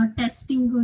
testing